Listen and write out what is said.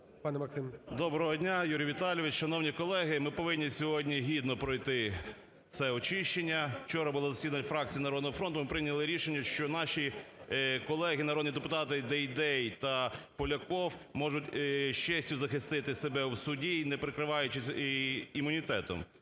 Доброго дня, Юрій Віталійович, шановні колеги! Ми повинні сьогодні гідно пройти це очищення. Вчора було засідання фракції "Народного фронту", ми прийняли рішення, що наші колеги народні депутати Дейдей та Поляков можуть з честю захистити себе в суді і не прикриваючись імунітетом.